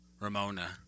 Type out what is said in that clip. Ramona